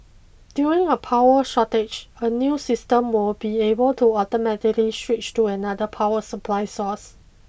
during a power shortage the new system will be able to automatically switch to another power supply source